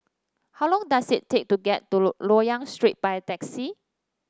how long does it take to get to Loyang Street by taxi